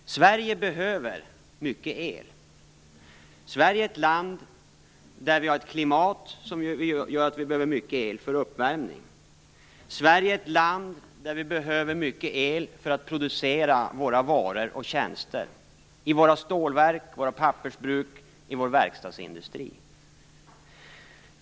Sverige behöver mycket el. Sverige är ett land med ett klimat som gör att vi behöver mycket el för uppvärmning. Sverige är ett land där vi behöver mycket el för att producera våra varor och tjänster, i våra stålverk, i våra pappersbruk och i vår verkstadsindustri.